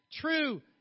true